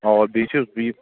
اَوا بیٚیہِ چھُ بیٚیہِ